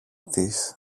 της